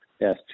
Yes